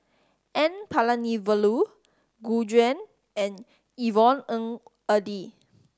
N Palanivelu Gu Juan and Yvonne Ng Uhde